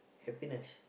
happiness